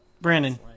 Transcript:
Brandon